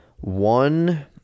one